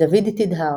דוד תדהר,